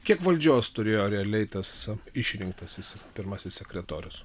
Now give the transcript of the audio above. kiek valdžios turėjo realiai tas išrinktasis pirmasis sekretorius